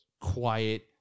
quiet